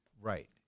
Right